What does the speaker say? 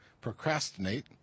procrastinate